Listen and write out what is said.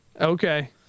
Okay